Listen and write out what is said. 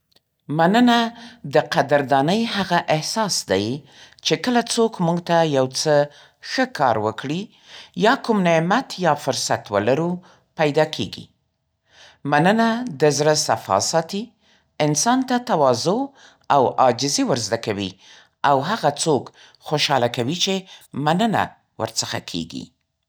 مننه د قدردانۍ هغه احساس دی، چې کله څوک موږ ته یو څه ښه کار وکړي، یا کوم نعمت یا فرصت ولرو، پیدا کېږي. مننه د زړه صفا ساتي، انسان ته تواضع او عاجزي ورزده کوي او هغه څوک خوشحاله کوي چې مننه ورڅخه کېږي.